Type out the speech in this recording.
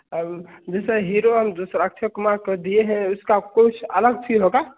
और वह जैसे हीरो हम दूसरा अक्षय कुमार को दिए हैं उसकी कुछ अलग फी होगी